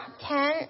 Ten